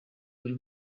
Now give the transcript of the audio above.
buri